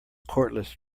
cordless